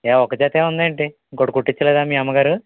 ఏ ఒక్క జతే ఉందా ఏంటి ఇంకోటి కుట్టిచ్చలేదా మీ అమ్మగారు